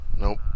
Nope